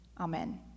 amen